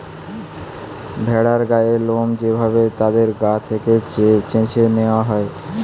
ভেড়ার গায়ের লোম যে ভাবে তাদের গা থেকে চেছে নেওয়া হয়